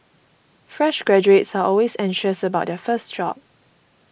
fresh graduates are always anxious about their first job